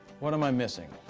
what am i missing?